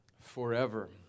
forever